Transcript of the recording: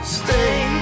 stay